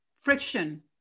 friction